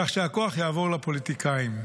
כך שהכוח יעבור לפוליטיקאים.